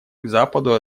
западу